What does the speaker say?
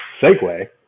segue